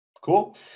Cool